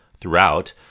throughout